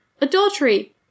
adultery